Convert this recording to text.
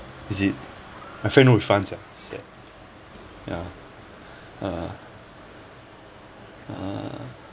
is it my friend no refunds eh sad ya uh